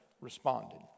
responded